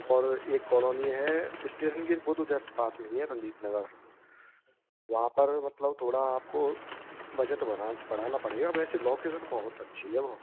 और यह कॉलोनी है स्टेशन के वह तो जस्ट पास में ही है रंजीत नगर वहाँ पर मतलब थोड़ा आपको बजट बढ़ाना बढ़ाना पड़ेगा वैसे लोकेसन बहुत अच्छी है वह